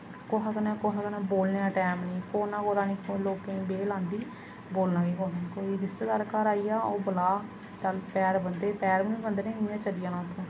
कुसा कन्नै कुसा कन्नै बोलने दा टैम निं फोन कोला निं लोकें गी बेह्ल आंदी बोलना केह् कुसै ने कोई रिश्तेदार घर आई जा ओह् बला चल पैर बंदे पैर बी निं बंदनें इ'यां चली जाना उत्थूं